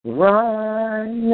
right